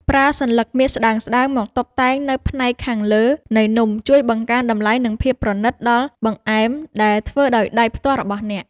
ប្រើសន្លឹកមាសស្តើងៗមកតុបតែងនៅផ្នែកខាងលើនៃនំជួយបង្កើនតម្លៃ និងភាពប្រណីតដល់បង្អែមដែលធ្វើដោយដៃផ្ទាល់របស់អ្នក។